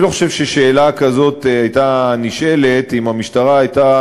אני לא חושב ששאלה כזאת הייתה נשאלת אם המשטרה הייתה